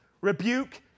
rebuke